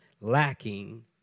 lacking